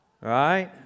Right